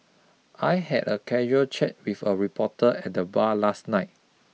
I had a casual chat with a reporter at the bar last night